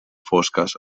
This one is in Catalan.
fosques